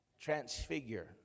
Transfigure